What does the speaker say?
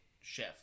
chef